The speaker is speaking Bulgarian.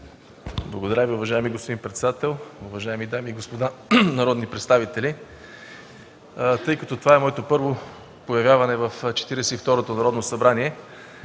Благодаря Ви. Уважаеми господин председател, уважаеми дами и господа народни представители! Тъй като това е моето първо появяване в Четиридесет